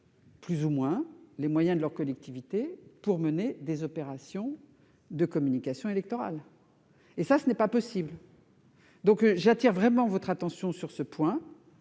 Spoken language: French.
plus ou moins les moyens de leur collectivité pour mener des opérations de communication électorale. Ce n'est pas possible ! J'appelle donc votre attention sur ce point.